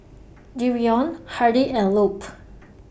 Dereon Hardy and Lupe